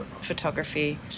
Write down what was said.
photography